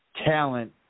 talent